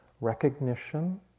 recognition